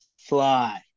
fly